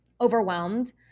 overwhelmed